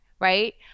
right